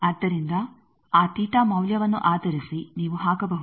ಆದ್ದರಿಂದ ಆ ಮೌಲ್ಯವನ್ನು ಆಧರಿಸಿ ನೀವು ಹಾಕಬಹುದು